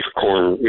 corn